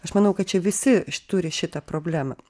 aš manau kad čia visi turi šitą problemą